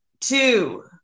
two